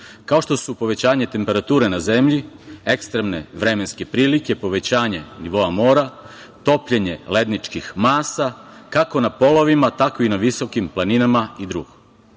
kao što su povećanje temperature na zemlji, ekstremne vremenske prilike, povećanje nivoa mora, topljenje ledničkih masa, kako na polovima tako i na visokim planinama i drugo. Ove